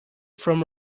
from